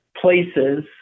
places